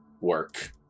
work